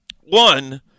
one